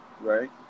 right